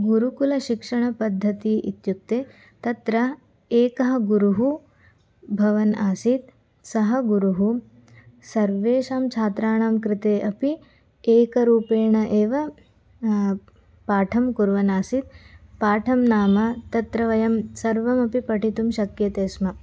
गुरुकुलशिक्षणपद्धतिः इत्युक्ते तत्र एकः गुरुः भवन् आसीत् सः गुरुः सर्वेषां छात्राणां कृते अपि एकरूपेण एव पाठं कुर्वन् आसीत् पाठं नाम तत्र वयं सर्वमपि पठितुं शक्यते स्म